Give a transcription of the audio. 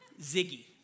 Ziggy